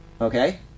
Okay